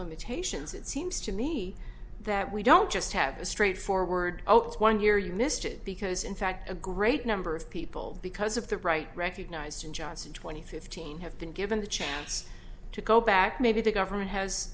limitations it seems to me that we don't just have a straight forward one year you missed it because in fact a great number of people because of the right recognized in johnson twenty fifteen have been given the chance to go back maybe the government has